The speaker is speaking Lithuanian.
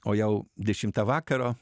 o jau dešimtą vakaro